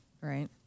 Right